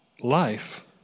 life